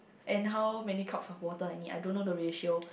and how many cups of water I need I don't know the ratio